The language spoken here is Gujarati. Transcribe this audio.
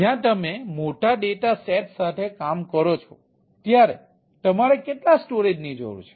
જ્યારે તમે મોટા ડેટા સેટ સાથે કામ કરો છો ત્યારે તમારે કેટલા સ્ટોરેજની જરૂર છે